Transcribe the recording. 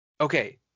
okay